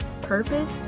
purpose